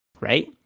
right